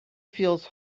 feels